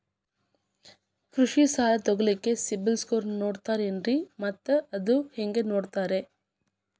ಕೃಷಿ ಸಾಲ ತಗೋಳಿಕ್ಕೆ ಸಿಬಿಲ್ ಸ್ಕೋರ್ ನೋಡ್ತಾರೆ ಏನ್ರಿ ಮತ್ತ ಅದು ಹೆಂಗೆ ನೋಡ್ತಾರೇ?